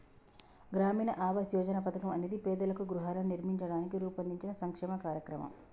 గ్రామీణ ఆవాస్ యోజన పథకం అనేది పేదలకు గృహాలను నిర్మించడానికి రూపొందించిన సంక్షేమ కార్యక్రమం